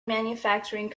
manufacturing